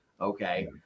Okay